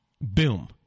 boom